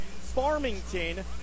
Farmington